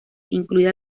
incluidas